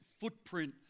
footprint